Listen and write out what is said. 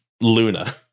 Luna